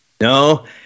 No